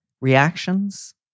reactions